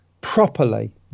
properly